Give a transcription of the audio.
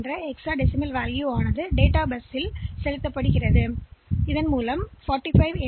எனவே இந்த டேட்டா பஸ்ஸில் மெமரி 45 ஹெக்ஸ் மதிப்பை வைக்கிறது